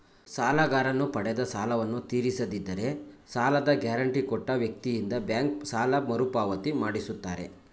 ಸಾಲಗಾರನು ಪಡೆದ ಸಾಲವನ್ನು ತೀರಿಸದಿದ್ದರೆ ಸಾಲದ ಗ್ಯಾರಂಟಿ ಕೊಟ್ಟ ವ್ಯಕ್ತಿಯಿಂದ ಬ್ಯಾಂಕ್ ಸಾಲ ಮರುಪಾವತಿ ಮಾಡಿಸುತ್ತಾರೆ